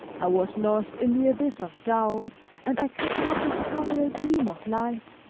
i was lost in the abyss of doubt and i could not discover a gleam of light,